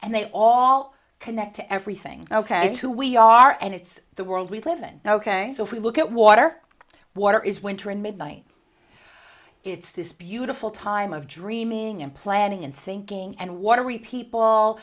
and they all connect to everything ok and who we are and it's the world we live in ok so if we look at water water is winter in midnight it's this beautiful time of dreaming and planning and thinking and watery people